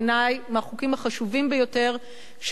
בעיני מהחוקים החשובים ביותר,